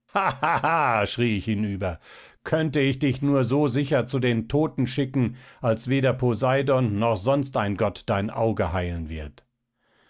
schrie ich hinüber könnte ich dich nur so sicher zu den toten schicken als weder poseidon noch sonst ein gott dein auge heilen wird